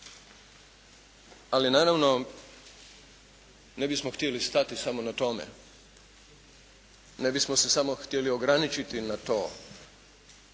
Ali naravno ne bismo htjeli stati samo na tome. Ne bismo se samo htjeli ograničiti na to